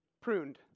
Pruned